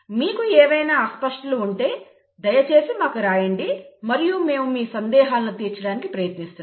మీకు ఏవైనా అస్పష్టతలు ఉంటే దయచేసి మాకు వ్రాయండి మరియు మేము మీ సందేహాలని తీర్చడానికి ప్రయత్నిస్తాము